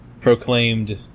proclaimed